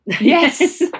yes